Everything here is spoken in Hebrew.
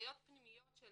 הנחיות פנימיות של